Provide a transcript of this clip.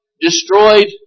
destroyed